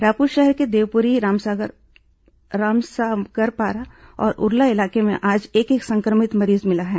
रायपुर शहर के देवपुरी रामसामगर पारा और उरला इलाके में आज एक एक संक्रमित मरीज मिला है